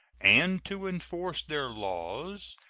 and to enforce their laws,